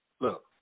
Look